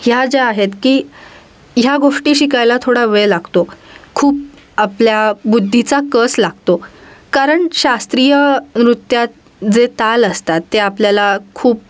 ह्या ज्या आहेत की ह्या गोष्टी शिकायला थोडा वेळ लागतो खूप आपल्या बुद्धीचा कस लागतो कारण शास्त्रीय नृत्यात जे ताल असतात ते आपल्याला खूप